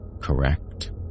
correct